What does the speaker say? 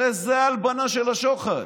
הרי זו ההלבנה של השוחד.